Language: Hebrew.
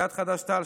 סיעת חד"ש-תע"ל,